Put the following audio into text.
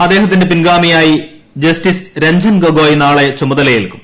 അദ്ദേഹത്തിന്റെ പിൻഗാമിയായി ജ്സ്റ്റിസ് രഞ്ജൻ ഗൊഗോയ് നാളെ ചുമതലയേൽക്കും